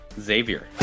Xavier